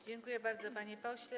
Dziękuję bardzo, panie pośle.